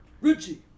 Richie